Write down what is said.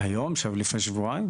היום, לפני שבועיים.